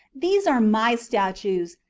these are my statues,